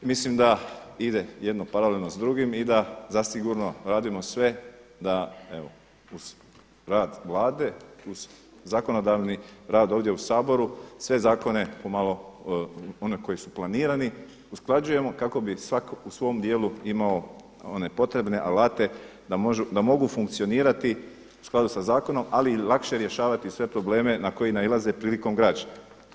I mislim da ide jedno paralelno s drugim i da zasigurno radimo sve da evo uz rad Vlade, uz zakonodavni rad ovdje u Saboru sve zakone pomalo one koji su planirani usklađujemo kako bi svatko u svom dijelu imao one potrebne alate da mogu funkcionirati u skladu sa zakonom ali i lakše rješavati sve probleme na koje nailaze prilikom građe.